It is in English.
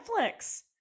Netflix